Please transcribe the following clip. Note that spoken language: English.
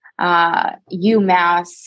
UMass